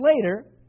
later